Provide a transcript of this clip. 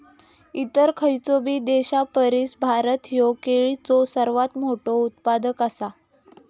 इतर खयचोबी देशापरिस भारत ह्यो केळीचो सर्वात मोठा उत्पादक आसा